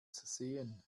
sehen